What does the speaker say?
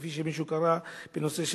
כפי שמישהו קרא לזה,